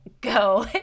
go